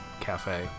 cafe